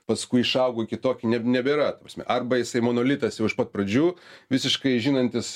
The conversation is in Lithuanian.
paskui išaugo kitokie ne nebėra ta prasme arba jisai monolitas jau iš pat pradžių visiškai žinantis